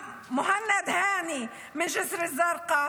מוהאד האני מג'יסר א-זרקא,